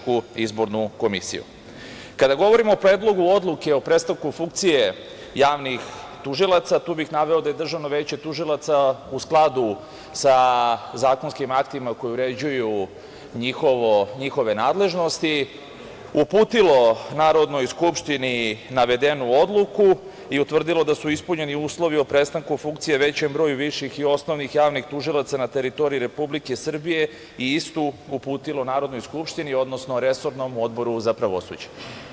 Kada govorimo o Predlogu odluke o prestanku funkcije javnih tužilaca, tu bih naveo da je Državno veće tužilaca, u skladu sa zakonskim aktima koji uređuju njihove nadležnosti, uputilo Narodnoj skupštini navedenu odluku i utvrdilo da su ispunjeni uslovi o prestanku funkcije većem broju viših i osnovnih javnih tužilaca na teritoriji Republike Srbije i istu uputilo Narodnoj skupštini, odnosno resornom Odboru za pravosuđe.